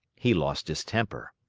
he lost his temper.